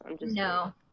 No